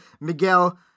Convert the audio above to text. Miguel